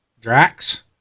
Drax